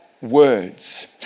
words